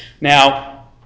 Now